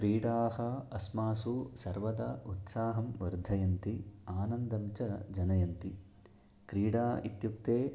क्रीडाः अस्मासु सर्वदा उत्साहं वर्धयन्ति आनन्दं च जनयन्ति क्रीडा इत्युक्ते